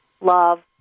love